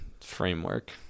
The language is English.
framework